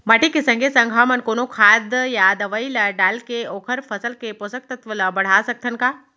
माटी के संगे संग हमन कोनो खाद या दवई ल डालके ओखर फसल के पोषकतत्त्व ल बढ़ा सकथन का?